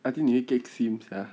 I think 你会 kek seems ah